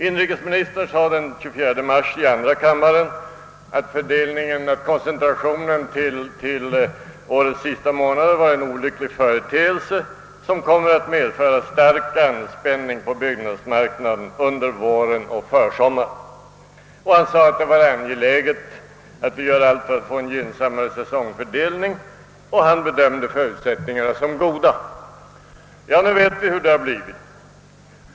Inrikesministern sade den 24 mars i andra kammaren, att koncentrationen till årets sista månader var en olycklig företeelse, som kommer att medföra stark anspänning på byggnadsmarknaden under våren och försommaren. Han sade att det var angeläget att vi gör allt för att få en gynnsammare säsongfördelning, och han bedömde förutsättningarna som goda. Nu vet vi hur det har blivit.